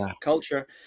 culture